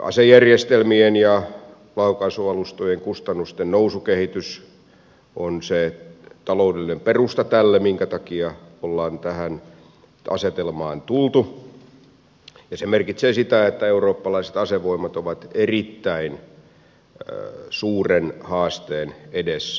asejärjestelmien ja laukaisualustojen kustannusten nousukehitys on se taloudellinen perusta tälle minkä takia on tähän asetelmaan tultu ja se merkitsee sitä että eurooppalaiset asevoimat ovat erittäin suuren haasteen edessä